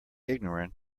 ignorant